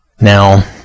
Now